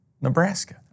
Nebraska